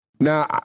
Now